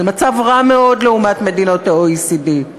זה מצב רע מאוד לעומת מדינות ה-OECD,